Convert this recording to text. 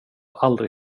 aldrig